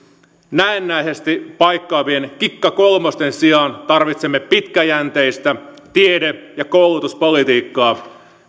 näennäisesti paikkaavien kikka kolmosten sijaan tarvitsemme pitkäjänteistä tiede ja koulutuspolitiikkaa